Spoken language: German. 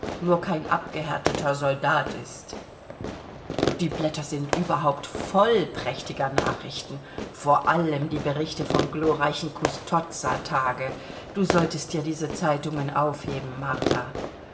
nur kein abgehärteter soldat ist die blätter sind überhaupt voll prächtiger nachrichten vor allem die berichte vom glorreichen custozza tage du solltest dir diese zeitungen aufheben martha